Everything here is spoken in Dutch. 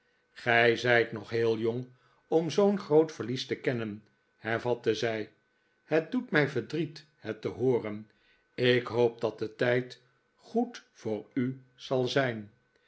gij zijt nog heel jong om zoo'n groot verlies te kennen hervatte zij het doet mij verdriet het te hooren ik hoop dat de tijd goed voor u zal zijn